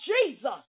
Jesus